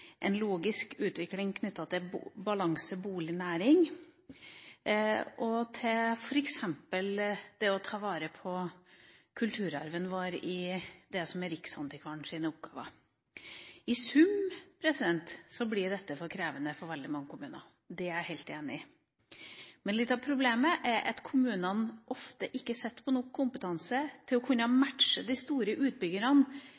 en logisk utvikling knyttet til balansen bolig–næring til f.eks. det å ta vare på kulturarven vår i det som er Riksantikvarens oppgaver. I sum blir dette for krevende for veldig mange kommuner, det er jeg helt enig i. Men litt av problemet er at kommunene ofte ikke sitter på nok kompetanse til å kunne